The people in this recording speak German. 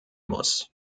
muss